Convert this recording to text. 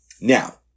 Now